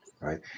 right